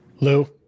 Lou